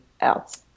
else